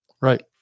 right